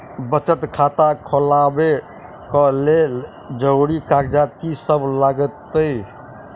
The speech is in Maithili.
बचत खाता खोलाबै कऽ लेल जरूरी कागजात की सब लगतइ?